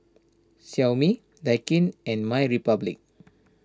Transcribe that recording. Xiaomi Daikin and MyRepublic